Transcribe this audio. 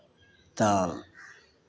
तऽ